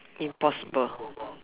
impossible